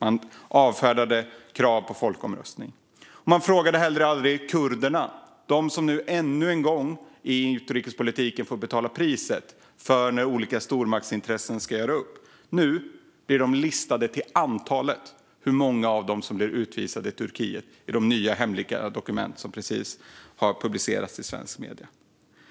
De avfärdade krav på folkomröstning. Socialdemokraterna frågade inte heller kurderna, de som nu ännu en gång får betala priset i utrikespolitiken när olika stormakter ska göra upp om sina intressen. I de nya och hemliga dokument som precis har publicerats i svenska medier